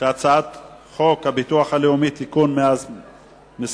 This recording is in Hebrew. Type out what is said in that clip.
הצעת החוק הביטוח הלאומי (תיקון מס'